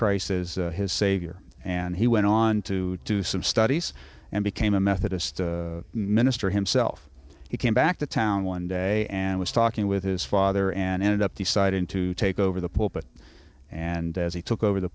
as his savior and he went on to do some studies and became a methodist minister himself he came back to town one day and was talking with his father and ended up deciding to take over the pulpit and as he took over the